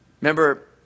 Remember